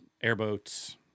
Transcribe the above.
airboats